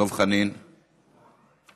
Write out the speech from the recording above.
דב חנין, בבקשה.